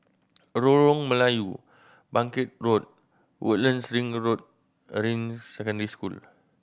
Lorong Melayu Bangkit Road Woodlands Ring Road Ring Secondary School